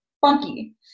Funky